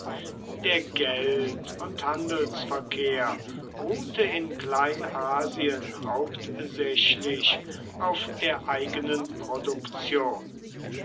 der geld und handelsverkehr ruhte in kleinasien hauptsächlich auf der eigenen produktion